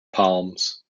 palms